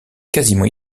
quasiment